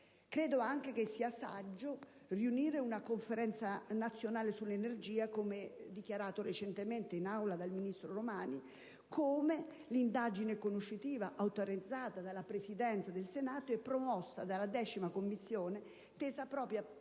Credo anche sia saggio convocare una conferenza nazionale sull'energia, come ha dichiarato recentemente in Aula il ministro Romani, e svolgere l'indagine conoscitiva autorizzata dalla Presidenza del Senato e promossa dalla 10a Commissione, tesa proprio ad